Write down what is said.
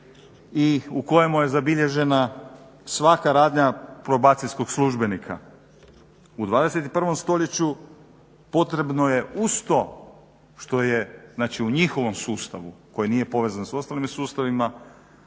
i u kojemu je zabilježena svaka radnja probacijskog službenika. U 21.stoljeću potrebno je uz to znači što je u njihovom sustavu koji nije povezan s ostalim sustavima